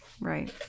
Right